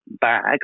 bag